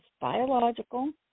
biological